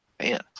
Man